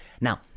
Now